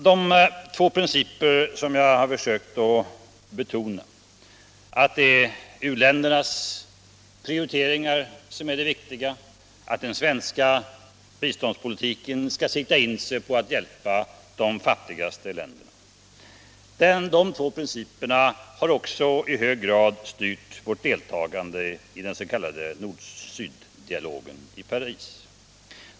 De två principer som jag har försökt att särskilt betona —- att det är u-ländernas prioriteringar som är det viktiga och att den svenska biståndspolitiken skall sikta in sig på att hjälpa de fattigaste länderna — har också i hög grad styrt vårt deltagande i den s.k. nordsyddialogen i Paris.